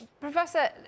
Professor